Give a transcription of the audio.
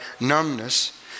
numbness